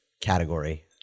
category